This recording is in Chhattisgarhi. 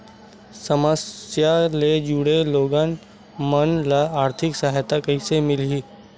समस्या ले जुड़े लोगन मन ल आर्थिक सहायता कइसे मिलही?